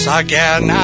again